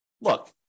look